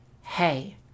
hey